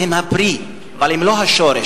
חילוקי דעות בנוגע לנושאים שונים הקשורים